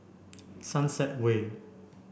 Sunset Way